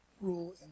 Rule